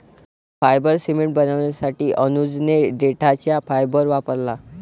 fibre cement बनवण्यासाठी अनुजने देठाचा फायबर वापरला